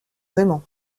vraiment